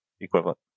equivalent